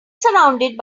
surrounded